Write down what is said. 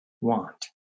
want